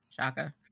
Shaka